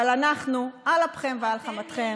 אבל אנחנו, על אפכם ועל חמתכם,